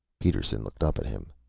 peterson looked up at him.